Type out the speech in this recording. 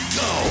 go